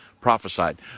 prophesied